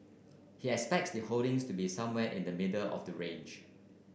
he expects the holdings to be somewhere in the middle of the range